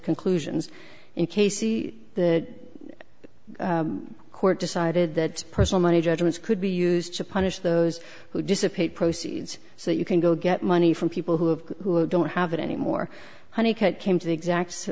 conclusions in cases the court decided that personal money judgments could be used to punish those who dissipate proceeds so you can go get money from people who have who don't have it anymore honeycutt came to the exact